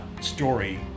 story